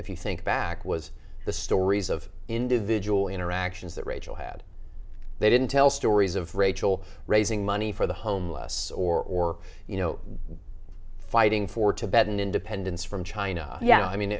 if you think back was the stories of individual interactions that rachel had they didn't tell stories of rachel raising money for the homeless or you know fighting for tibetan independence from china yeah i mean